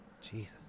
Jesus